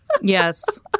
Yes